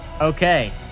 Okay